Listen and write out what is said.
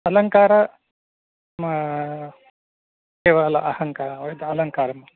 अलङ्कारः केवल अहङ्कारः अलङ्कारं